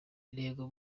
intego